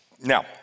Now